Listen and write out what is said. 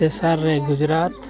ᱛᱮᱥᱟᱨ ᱨᱮ ᱜᱩᱡᱽᱨᱟᱴ